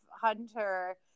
hunter